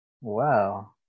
Wow